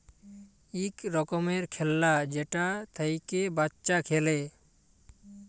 ইক রকমের খেল্লা যেটা থ্যাইকে বাচ্চা খেলে